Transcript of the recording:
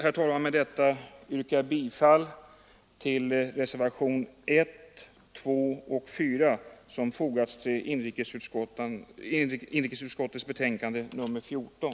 Jag vill med detta yrka bifall till reservationerna 1, 2 och 4, som fogats till inrikesutskottets betänkande nr 14,